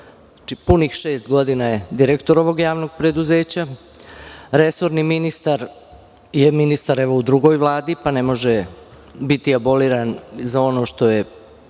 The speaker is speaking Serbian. punih šest godina je direktor ovog javnog preduzeća. Resorni ministar je ministar, evo, u drugoj vladi, pa ne može biti aboliran za ono što je